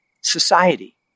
society